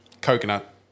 coconut